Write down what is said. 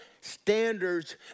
standards